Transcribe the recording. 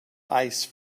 ice